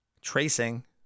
tracing